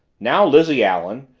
now, lizzie allen!